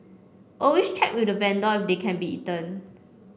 always check with the vendor if they can be eaten